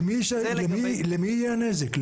למי יהיה הנזק?